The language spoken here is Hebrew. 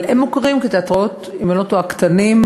אבל הם מוכרים כתיאטראות, אם אני לא טועה, קטנים.